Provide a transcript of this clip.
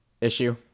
issue